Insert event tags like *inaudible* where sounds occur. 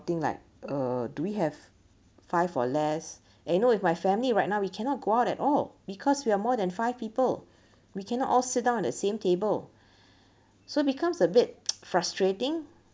~ting like uh do we have five or less and you know with my family right now we cannot go out at all because we are more than five people we cannot all sit down at the same table so becomes a bit *noise* frustrating